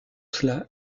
cela